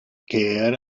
care